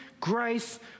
grace